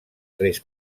tres